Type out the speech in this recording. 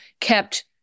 kept